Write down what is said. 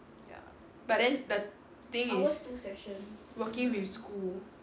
ya but then the thing is working with school